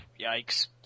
Yikes